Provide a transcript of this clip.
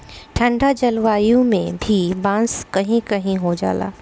ठंडा जलवायु में भी बांस कही कही हो जाला